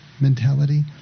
mentality